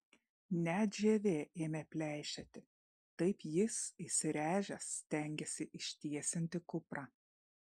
net žievė ėmė pleišėti taip jis įsiręžęs stengėsi ištiesinti kuprą